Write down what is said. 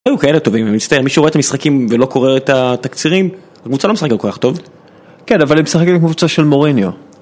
היו כאלה טובים. ומצטער, מי שרואה את המשחקים ולא קורא את התקצירים, הקבוצה לא משחקת כל כך טוב. כן, אבל הם משחקים עם קבוצה של מורניו